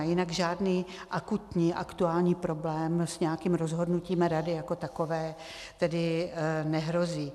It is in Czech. Jinak žádný akutní aktuální problém s nějakým rozhodnutím rady jako takové nehrozí.